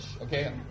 okay